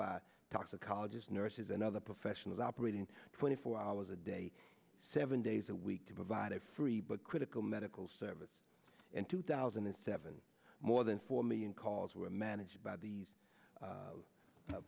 by toxicologist nurses and other professionals operating twenty four hours a day seven days a week to provide a free but critical medical service in two thousand and seven more than four million calls were managed by these